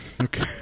okay